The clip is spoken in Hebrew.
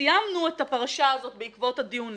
סיימנו את הפרשה הזאת בעקבות הדיונים